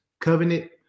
Covenant